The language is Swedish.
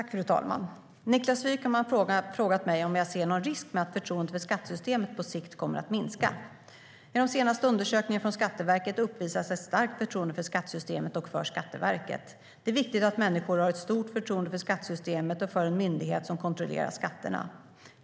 Fru talman! Niklas Wykman har frågat mig om jag ser någon risk med att förtroendet för skattesystemet på sikt kommer att minska.I de senaste undersökningarna från Skatteverket uppvisas ett starkt förtroende för skattesystemet och för Skatteverket. Det är viktigt att människor har ett stort förtroende för skattesystemet och för den myndighet som kontrollerar skatterna.